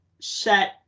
set